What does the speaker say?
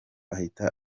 ahita